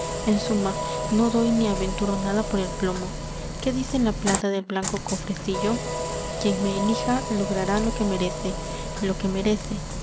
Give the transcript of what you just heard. en suma no doy ni aventuro nada por el plomo qué dice la plata del blanco cofrecillo quien me elija logrará lo que merece lo que merece